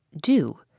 Do